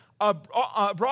Abroad